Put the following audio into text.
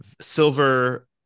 Silver